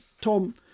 Tom